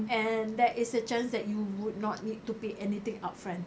and there is a chance that you would not need to pay anything upfront